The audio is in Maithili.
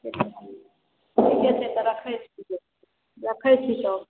ठीके छै तऽ रखै छी तऽ रखै छी तब